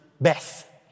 Beth